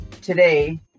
today